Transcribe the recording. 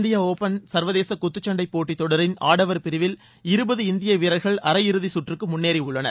India open சர்வதேச குத்துச்சண்டை போட்டித் தொடரின் ஆடவர் பிரிவில் இருபது இந்திய வீரர்கள் அரையிறுதி சுற்றுக்கு முன்னேறியுள்ளனர்